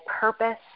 purpose